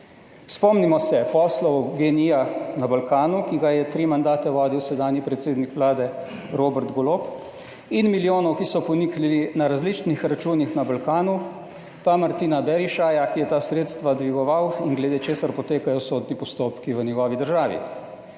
Spomnimo se poslov Gen-i na Balkanu, ki ga je tri mandate vodil sedanji predsednik vlade Robert Golob, in milijonov, ki so poniknili na različnih računih na Balkanu, pa Martina Berišaja, ki je ta sredstva dvigoval in glede česar potekajo sodni postopki v njegovi državi.